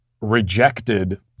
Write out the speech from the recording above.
rejected